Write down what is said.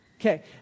Okay